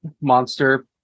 Monster